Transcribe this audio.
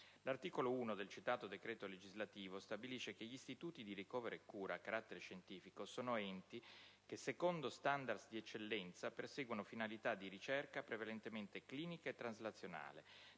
l'articolo 1 del citato decreto legislativo stabilisce che «Gli Istituti di ricovero e cura a carattere scientifico sono enti (...) che, secondo standards di eccellenza, perseguono finalità di ricerca, prevalentemente clinica e traslazionale,